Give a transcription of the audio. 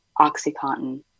Oxycontin